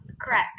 correct